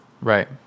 Right